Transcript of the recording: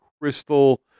crystal